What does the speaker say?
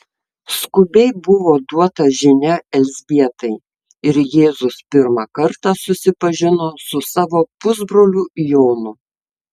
skubiai buvo duota žinia elzbietai ir jėzus pirmą kartą susipažino su savo pusbroliu jonu